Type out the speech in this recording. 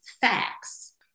facts